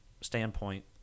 standpoint